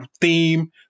theme